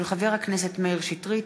של חברי הכנסת מאיר שטרית,